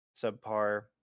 Subpar